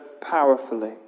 powerfully